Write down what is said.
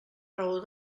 raó